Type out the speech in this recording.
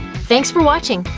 thanks for watching!